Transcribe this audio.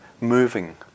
moving